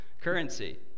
currency